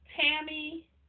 Tammy